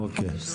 אוקיי.